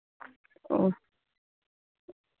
ওহ